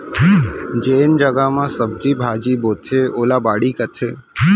जेन जघा म सब्जी भाजी बोथें ओला बाड़ी कथें